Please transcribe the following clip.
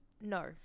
No